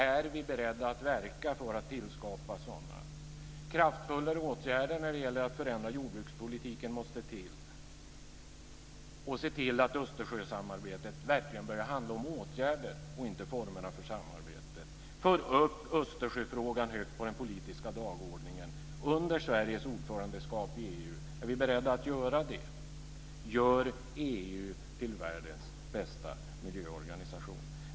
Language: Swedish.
Är vi beredda att verka för att tillskapa sådana? Kraftfullare åtgärder för att förändra jordbrukspolitiken måste till. Vi måste se till att Östersjösamarbetet verkligen börjar handla om åtgärder och inte om formerna för samarbetet. Är vi beredda att föra upp Östersjöfrågan högt på den politiska dagordningen under Sveriges ordförandeskap i EU? Gör EU till världens bästa miljöorganisation!